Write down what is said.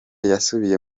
yasubiye